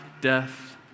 death